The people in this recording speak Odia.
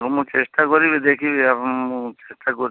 ହଁ ମୁଁ ଚେଷ୍ଟା କରିବି ଦେଖିବି ଆପଣଙ୍କୁ ମୁଁ ଚେଷ୍ଟା କରୁଛି